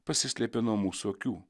pasislėpė nuo mūsų akių